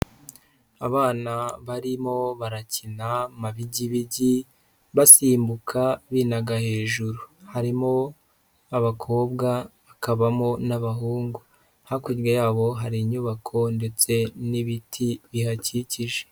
Abana barimo barakina amabigibigi basimbuka binaga hejuru, harimo abakobwa hakabamo n'abahungu. Hakurya yabo hari inyubako ndetse n'ibiti bihakikije.